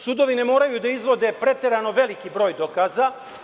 Sudovi ne moraju da izvode preterano veliki broj dokaza.